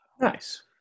Nice